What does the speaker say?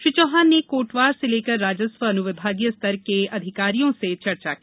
श्री चौहान ने कोटवार से लेकर राजस्व अनुविभागीय स्तर तक के अधिकारियों से चर्चा की